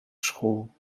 school